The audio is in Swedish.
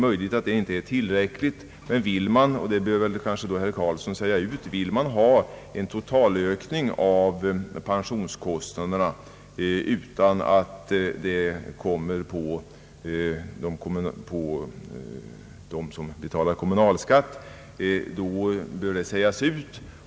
Möjligen är detta inte tillräckligt, men vill man ha en totalökning av pensionskostnaderna utan att den skall klaras av dem, som betalar kommunalskatt, bör detta kanske sägas ut av herr Carlsson.